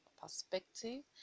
perspective